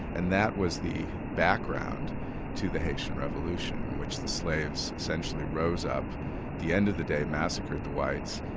and that was the background to the haitian revolution in which the slaves essentially rose up, at the end of the day massacred the whites,